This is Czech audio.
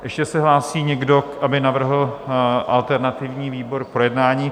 Ještě se hlásí někdo, aby navrhl alternativní výbor k projednání?